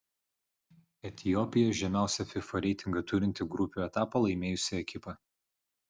etiopija žemiausią fifa reitingą turinti grupių etapą laimėjusi ekipa